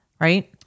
right